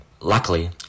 Luckily